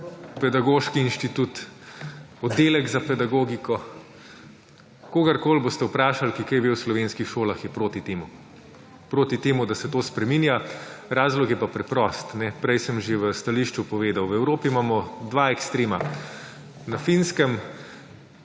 pedagoški inštitut, oddelek za pedagogiko. Kogarkoli boste vprašali, ki kaj ve o slovenskih šolah, je proti temu, proti temu, da se to spreminja. Razlog je pa preprost, prej sem že v stališču povedal. V Evropi imamo 2 ekstrema. Na Finskem,